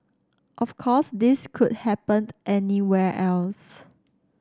of course this could happened anywhere else